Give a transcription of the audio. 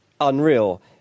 Unreal